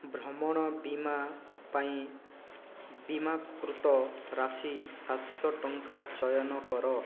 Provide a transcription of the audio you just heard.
ଭ୍ରମଣ ବୀମା ପାଇଁ ବୀମାକୃତ ରାଶି ସାତଶହ ଟଙ୍କା ଚୟନ କର